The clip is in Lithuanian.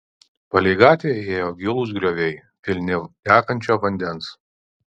palei gatvę ėjo gilūs grioviai pilni tekančio vandens